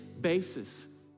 basis